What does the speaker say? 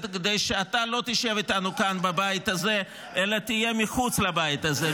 כדי שאתה לא תשב איתנו כאן בבית הזה אלא תהיה מחוץ לבית הזה.